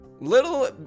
Little